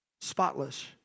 spotless